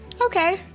Okay